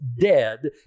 dead